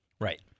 Right